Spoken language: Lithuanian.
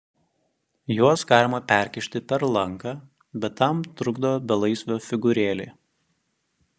juos galima perkišti per lanką bet tam trukdo belaisvio figūrėlė